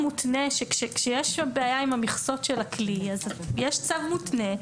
כשיש בעיה עם המכסות של הכלי, יש צו מותנה.